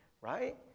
right